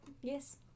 yes